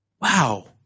wow